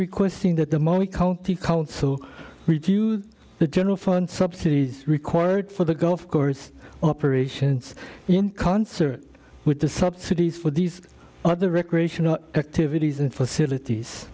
requesting that the money county council the general fund subsidies record for the golf course operations in concert with the subsidies for these other recreational activities and facilities